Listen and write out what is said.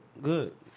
Good